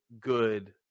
good